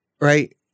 right